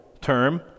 term